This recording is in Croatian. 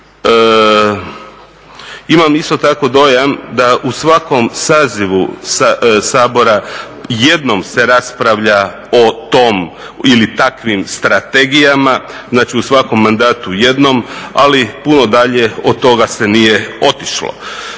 Imam isto tako dojam da u svakom sazivu Sabora jednom se raspravlja o tom ili takvim strategijama, znači u svakom mandatu jednom, ali puno dalje od toga se nije otišlo.